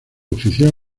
oficial